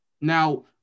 Now